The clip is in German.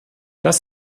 das